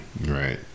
right